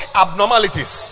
abnormalities